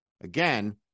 Again